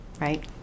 right